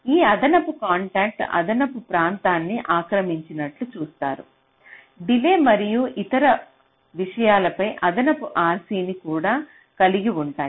ఈ అదనపు కాంటాక్ట్ అదనపు ప్రాంతాన్ని ఆక్రమించినట్లు చూస్తారు డిలే మరియు ఇతర విషయాలపై అదనపు RC ని కూడా కలిగి ఉంటాయి